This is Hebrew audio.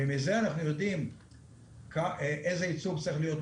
ומזה אנחנו יודעים איזה ייצוג צריך להיות,